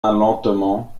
lentement